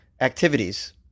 activities